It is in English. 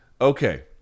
Okay